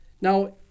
Now